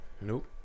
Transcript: Nope